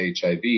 HIV